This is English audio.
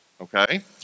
okay